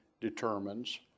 determines